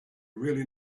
really